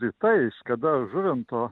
rytais kada žuvinto